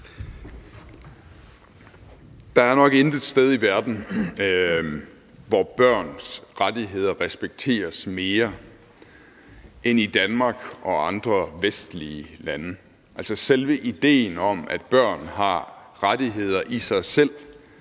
Der er nok intet andet sted i verden, hvor børns rettigheder respekteres mere end i Danmark og andre vestlige lande. Altså, selve ideen om, at børn har rettigheder i sig selv,